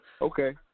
Okay